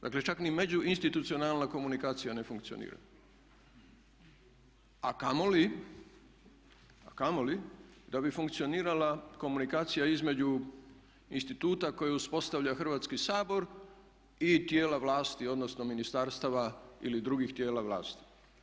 Dakle čak ni međuinstitucionalna komunikacija ne funkcionira a kamoli, a kamoli da bi funkcionirala komunikacija između instituta koji je uspostavih Hrvatski sabor i tijela vlasti odnosno ministarstava ili drugih tijela vlasti.